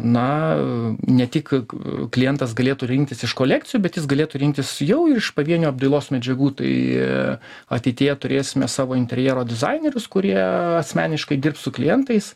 na ne tik klientas galėtų rinktis iš kolekcijų bet jis galėtų rinktis jau ir iš pavienių apdailos medžiagų tai ateityje turėsime savo interjero dizainerius kurie asmeniškai dirbs su klientais